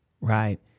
Right